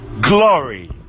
glory